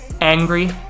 angry